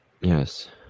Yes